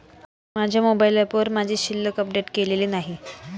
माझ्या मोबाइल ऍपवर माझी शिल्लक अपडेट केलेली नाही